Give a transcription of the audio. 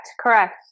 Correct